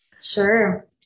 Sure